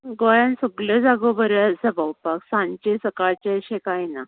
गोंयान सगलें जागो बरें आसा भोंवपाक सांचे सकाळचें अशें काय ना